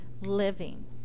living